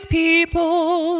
people